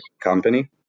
company